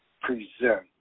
Present